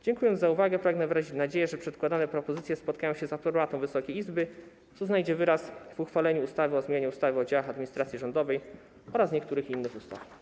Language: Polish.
Dziękując za uwagę, pragnę wyrazić nadzieję, że przedkładane propozycje spotkają się z aprobatą Wysokiej Izby, co znajdzie wyraz w uchwaleniu ustawy o zmianie ustawy o działach administracji rządowej oraz niektórych innych ustaw.